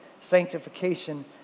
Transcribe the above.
sanctification